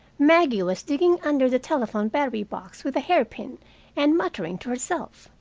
maggie was digging under the telephone battery-box with a hair-pin and muttering to herself.